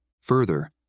Further